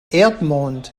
erdmond